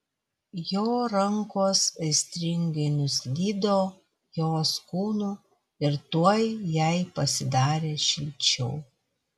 jo rankos aistringai nuslydo jos kūnu ir tuoj jai pasidarė šilčiau